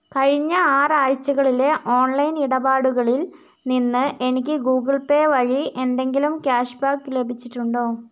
കഴിഞ്ഞ ആറ് ആഴ്ചകളിലെ ഓൺലൈൻ ഇടപാടുകളിൽ നിന്ന് എനിക്ക് ഗൂഗിൾ പേ വഴി എന്തെങ്കിലും ക്യാഷ്ബാക്ക് ലഭിച്ചിട്ടുണ്ടോ